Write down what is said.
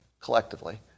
collectively